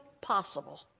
possible